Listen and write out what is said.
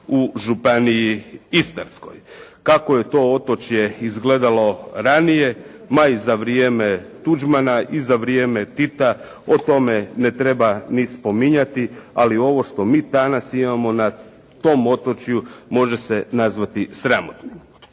u županiji Istarskoj. Kako je to otočje izgledalo ranije, ma i za vrijeme Tuđmana i za vrijeme Tita, o tome ne treba ni spominjati, ali ovo što mi danas imamo na tom otočju može se nazvati sramotnim.